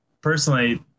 Personally